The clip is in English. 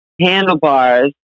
handlebars